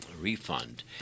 refund